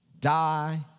Die